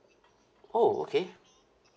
oh okay